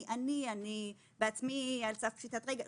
אני בעצמי על סף פשיטת רגל,